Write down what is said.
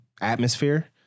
atmosphere